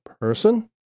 person